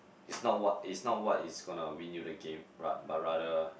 it's not what it's not what is gonna win you the game ra~ but rather